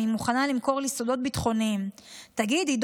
היא מוכנה למכור לי סודות ביטחוניים: תגידי,